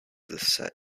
this